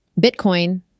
Bitcoin